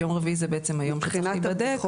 כי ביום רביעי זה בעצם היום שצריך להיבדק.